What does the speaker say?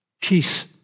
Peace